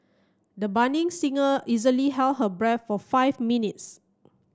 the budding singer easily held her breath for five minutes